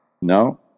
No